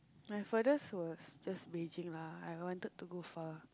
my furthest was just Beijing lah I wanted to go far